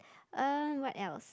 um what else